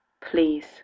please